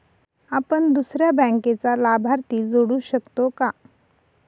आपण दुसऱ्या बँकेचा लाभार्थी जोडू शकतो का?